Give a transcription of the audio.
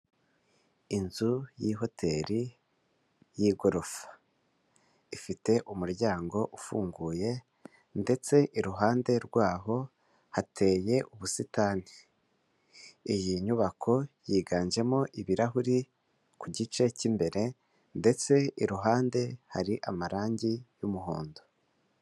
Inzu y'ihoteli y'igorofa ifite umuryango ufunguye ndetse iruhande rwaho hateye ubusitani, iyi nyubako yiganjemo ibirahuri ku gice cy'imbere ndetse iruhande hari amarangi y'umuhondo.